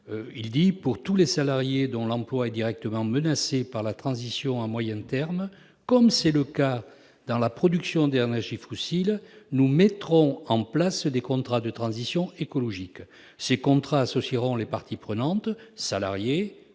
que, « pour tous les salariés dont l'emploi est directement menacé par la transition à moyen terme, comme c'est le cas dans la production d'énergies fossiles, nous mettrons en place des contrats de transition écologique. Ces contrats associeront les parties prenantes- salariés,